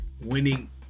Winning